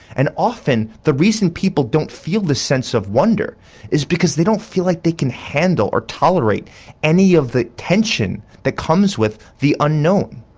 and often the reason people don't feel this sense of wonder is because they don't feel like they can handle or tolerate any of the tension that comes with the unknown.